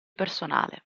personale